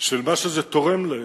של מה שזה תורם להם,